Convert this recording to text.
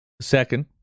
Second